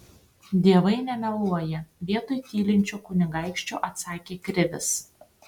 dievai nemeluoja vietoj tylinčio kunigaikščio atsakė krivis